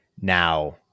Now